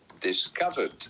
discovered